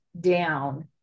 down